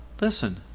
Listen